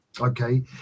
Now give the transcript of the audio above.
Okay